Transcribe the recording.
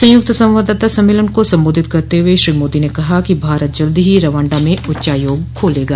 संयुक्त संवाददाता सम्मेलन को संबोधित करते हुए श्री मोदी ने कहा कि भारत जल्द ही रवांडा में उच्चायोग खोलेगा